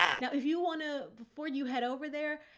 now if you want to, before you head over there,